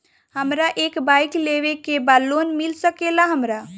हमरा एक बाइक लेवे के बा लोन मिल सकेला हमरा?